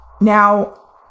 Now